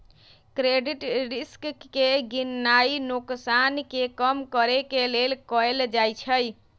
credit risk के गीणनाइ नोकसान के कम करेके लेल कएल जाइ छइ